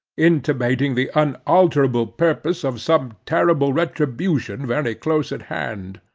intimating the unalterable purpose of some terrible retribution very close at hand.